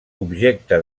objecte